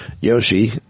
Yoshi